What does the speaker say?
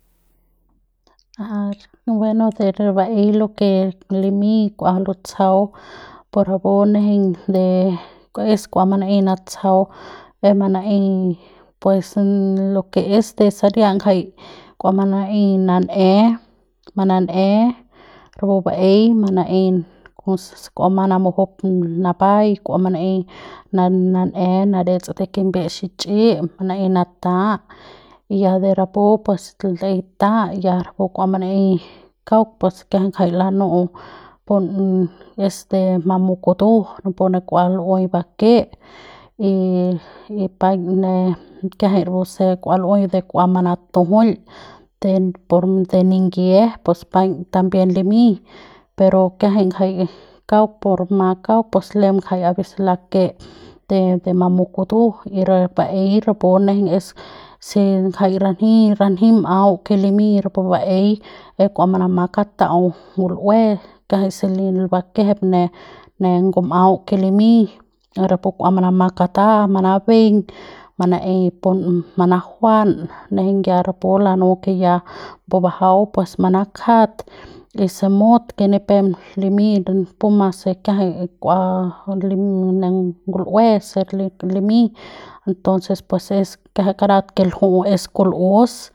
A bueno de baei lo ke limiñ kua lutsjau pu rapu nejeiñ de es kua manaei de natsjau manaei pues es lo ke es de saria ngjai kua manei nan'e manan'e rapu baei y manaei pus se kua bumang namujul napaiñ kua manaei nan'e manadets de kimbiep xichi'i manaei nata y ya de rapu pues laei ta ya rapu kua manaei kauk pues kiajai ngjai lanu'u pun es de mamu kutu napu ne kua lu'ui bake y y paiñ ne kiajai rapu se kua lu'ui de kua manatujuil de por de ningie pues paiñ también limiñ pero kiajai ngjai kauk por ma kauk pues lembe aveces lake de de mamu kutu y re baei rapu nejeiñ es si ngjai ranji ranji m'au ke limiñ rapu baei de kua makata'au ngul'ue kiajai se bakejep ne ne ngum'au ke limiñ mi'i rapu kua manama kata manabeiñ manaeiñ pun manajuan nejeiñ ya rapu lanu ke ya pu bajau pus manakjat y si mut ke ni pep limiñ puma se kiajai kua ngul'ue se limiñ pues entoces pues es kiajai karat ke lju''u es kul'us.